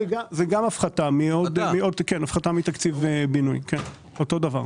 גם הפחתה מתקציב בינוי, אותו דבר.